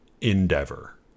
endeavor